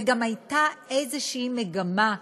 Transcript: וגם הייתה איזושהי מגמה,